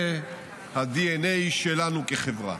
זה הדנ"א שלנו כחברה.